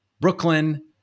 Brooklyn